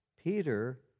Peter